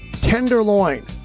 tenderloin